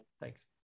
Thanks